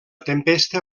tempesta